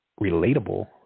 relatable